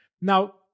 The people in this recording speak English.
Now